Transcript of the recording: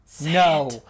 No